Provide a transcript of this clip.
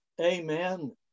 amen